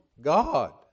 God